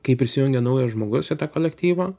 kai prisijungia naujas žmogus į tą kolektyvą